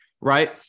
right